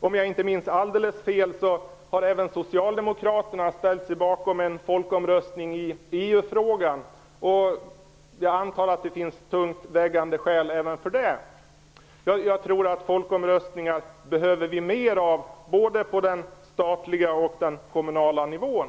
Om jag inte minns alldeles fel har även Socialdemokraterna ställt sig bakom en folkomröstning i EU-frågan. Jag antar att det finns tungt vägande skäl även för det. Jag tror att vi behöver fler folkomröstningar, både på de statliga och den kommunala nivån.